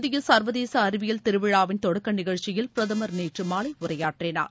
இந்திய சர்வதேச அறிவியல் திருவிழாவின் தொடக்க நிகழ்ச்சியில் பிரதமர் அவர் நேற்று மாலை உரையாற்றினார்